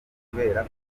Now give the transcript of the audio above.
kubera